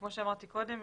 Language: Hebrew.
כמו שאמרתי קודם,